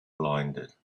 blinded